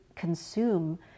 consume